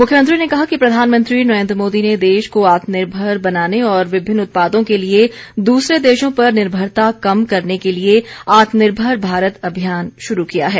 मुख्यमंत्री ने कहा कि प्रधानमंत्री नरेन्द्र मोदी ने देश को आत्म निर्भर बनाने और विभिन्न उत्पादों के लिए दूसरे देशों पर निर्भरता कम करने के लिए आत्मनिर्भर भारत अभियान शुरू किया है